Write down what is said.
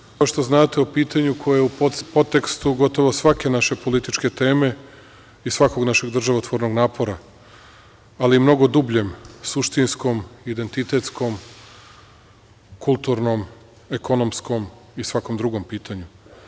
Reč je, kao što znate, o pitanju koje je u podtekstu gotovo svake naše političke teme i svakog našeg državotvornog napora, ali i mnogo dubljem, suštinskom, identitetskom, kulturnom, ekonomskom i svakom drugom pitanju.